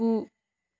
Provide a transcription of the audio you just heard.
गु